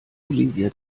olivia